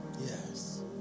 Yes